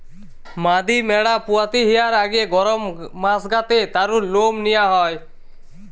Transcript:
মাদি ম্যাড়া পুয়াতি হিয়ার আগে গরম মাস গা তে তারুর লম নিয়া হয়